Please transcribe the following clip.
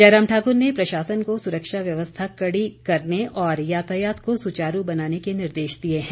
जयराम ठाकुर ने प्रशासन को सुरक्षा व्यवस्था कड़ी करने और यातायात को सुचारू बनाने के निर्देश दिए हैं